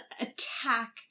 attack